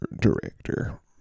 director